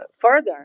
further